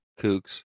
kooks